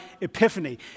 epiphany